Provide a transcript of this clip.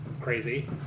crazy